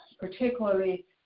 particularly